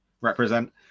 represent